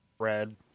red